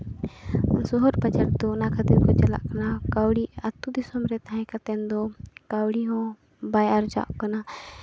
ᱥᱚᱦᱚᱨ ᱵᱟᱡᱟᱨ ᱫᱚ ᱚᱱᱟ ᱠᱷᱟᱹᱛᱤᱨ ᱠᱚ ᱪᱟᱞᱟᱜ ᱠᱟᱱᱟ ᱠᱟᱹᱣᱰᱤ ᱟᱛᱳ ᱫᱤᱥᱚᱢ ᱨᱮ ᱛᱟᱦᱮᱸ ᱠᱟᱛᱮ ᱫᱚ ᱠᱟᱹᱣᱰᱤ ᱦᱚᱸ ᱵᱟᱭ ᱟᱨᱡᱟᱜ ᱠᱟᱱᱟ